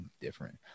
different